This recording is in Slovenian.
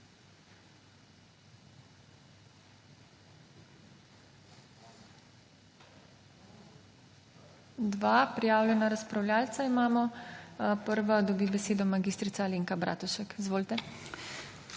Dva prijavljena razpravljavca imamo, prva dobi besedo mag. Alenka Bratušek. Izvolite.